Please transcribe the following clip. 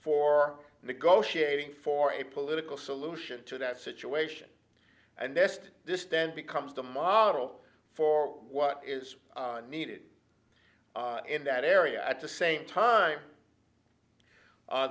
for negotiating for a political solution to that situation and nest this then becomes the model for what is needed in that area at the same time